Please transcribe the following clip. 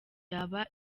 yaba